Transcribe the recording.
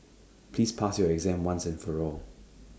please pass your exam once and for all